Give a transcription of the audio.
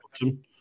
bottom